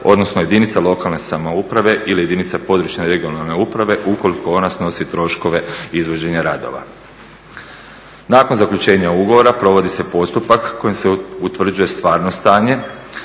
odnosno jedinica lokalne samouprave ili jedinica područne regionalne uprave ukoliko ona snosi troškove izvođenja radova. Nakon zaključenja ugovora provodi se postupak kojim se utvrđuje stvarno stanje,